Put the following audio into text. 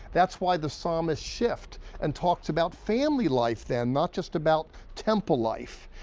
that's why the psalmist shifts and talked about family life then, not just about temple life.